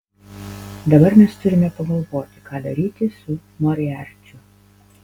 dabar mes turime pagalvoti ką daryti su moriarčiu